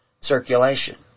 circulation